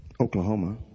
Oklahoma